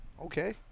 Okay